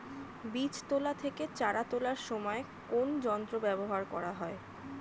বীজ তোলা থেকে চারা তোলার সময় কোন যন্ত্র ব্যবহার করা হয়?